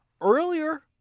earlier